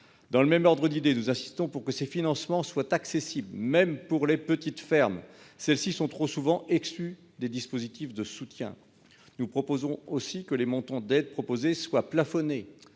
Dans le même ordre d'idées, nous insistons pour que ces financements soient accessibles même pour les petites fermes. Celles-ci sont trop souvent exclus des dispositifs de soutien, nous proposons aussi que les montants d'aide proposées soit plafonné